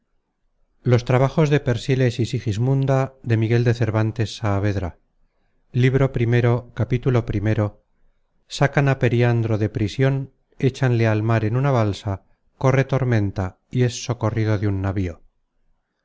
sacan á periandro de prision échanle al mar en una balsa corre tormenta y es socorrido de un navío